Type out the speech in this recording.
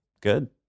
Good